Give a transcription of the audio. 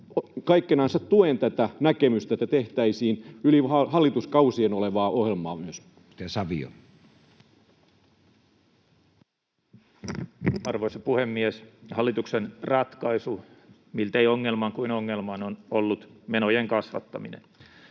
kaikkinensa tuen tätä näkemystä, että tehtäisiin yli hallituskausien olevaa ohjelmaa myös. Edustaja Savio. Arvoisa puhemies! Hallituksen ratkaisu miltei ongelmaan kuin ongelmaan on ollut menojen kasvattaminen,